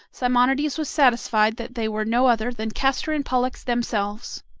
simonides was satisfied that they were no other than castor and pollux themselves.